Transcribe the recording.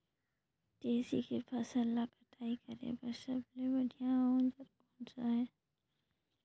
तेसी के फसल ला कटाई करे बार सबले बढ़िया औजार कोन सा हे?